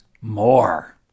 more